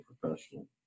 professional